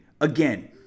Again